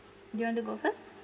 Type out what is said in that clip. do you want to go first